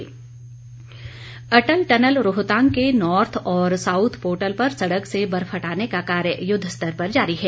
बर्फ अटल टनल रोहतांग के नॉर्थ और साउथ पोर्टल पर सड़क से बर्फ हटाने का कार्य युद्ध स्तर पर जारी है